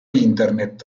internet